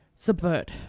subvert